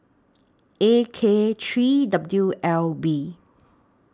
A K three W L B